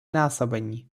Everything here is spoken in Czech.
násobení